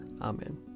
Amen